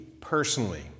personally